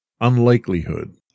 unlikelihood